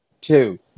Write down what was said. two